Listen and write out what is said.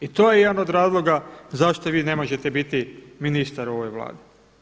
I to je jedan od razloga zašto vi ne možete biti ministar u ovoj Vladi.